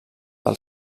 del